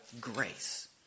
grace